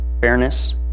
fairness